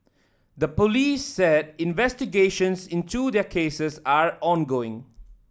the police said investigations into their cases are ongoing